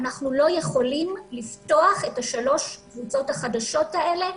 אנחנו לא יכולים לפתוח את שלוש הקבוצות החדשות האלה,